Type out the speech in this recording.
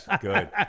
Good